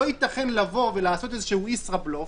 לא ייתכן לעשות ישראבלוף,